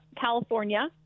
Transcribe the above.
California